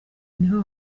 niho